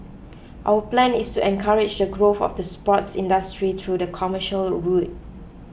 our plan is to encourage the growth of the sports industry through the commercial route